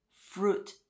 Fruit